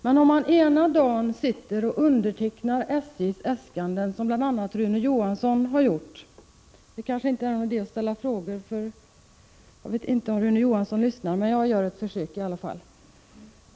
Det kanske inte är någon idé att ställa några frågor om detta, eftersom jag inte vet om Rune Johansson lyssnar, men jag gör ett försök i alla fall.